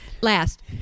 last